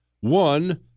One